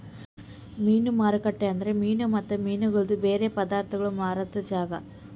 ಮೀನು ಮಾರುಕಟ್ಟೆ ಅಂದುರ್ ಮೀನು ಮತ್ತ ಮೀನಗೊಳ್ದು ಬೇರೆ ಪದಾರ್ಥಗೋಳ್ ಮಾರಾದ್ ಜಾಗ